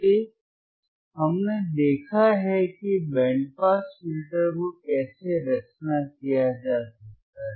इसलिए हमने देखा है कि बैंड पास फ़िल्टर को कैसे रचना किया जा सकता है